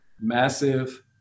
massive